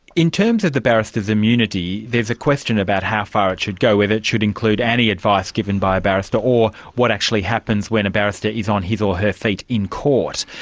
in terms of the barristers' immunity there's a question about how far it should go, whether it should include any advice given by a barrister or what actually happens when a barrister is on his or her feet in court.